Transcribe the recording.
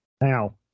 now